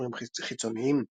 קישורים חיצוניים